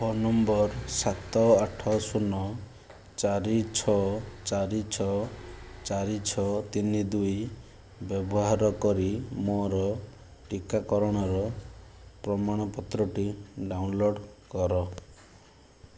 phone number ସାତ ଆଠ ଶୂନ ଚାରି ଛଅ ଚାରି ଛଅ ଚାରି ଛଅ ତିନି ଦୁଇ ବ୍ୟବହାର କରି ମୋର ଟିକାକରଣର ପ୍ରମାଣପତ୍ରଟି ଡ଼ାଉନଲୋଡ଼୍ କର